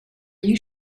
you